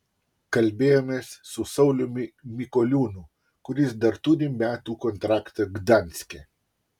kalbėjomės su sauliumi mikoliūnu kuris dar turi metų kontraktą gdanske